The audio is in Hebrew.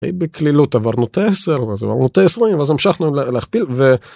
בקלילות עברנו את ה-10, אז עברנו את ה-20, ואז המשכנו להכפיל ו...